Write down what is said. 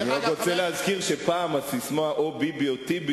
אני רוצה להזכיר שפעם הססמה "או ביבי או טיבי"